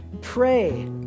pray